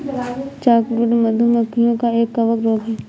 chalkbrood, मधु मक्खियों का एक कवक रोग है